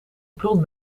bron